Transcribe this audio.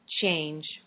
change